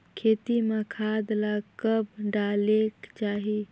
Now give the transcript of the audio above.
खेती म खाद ला कब डालेक चाही?